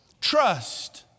Trust